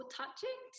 touching